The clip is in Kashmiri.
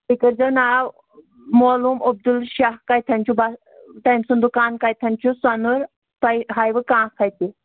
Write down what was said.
تُہۍ کٔرۍ زیو ناو معلوٗم عبدل شاہ کَتتھٮ۪ن چھُ بَ تٔمۍ سُنٛد دُکان کَتِتھٮ۪ن چھُ سۄنُر تۄہہِ ہاوُ کانٛہہ سۄ تہِ